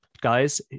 Guys